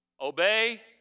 Obey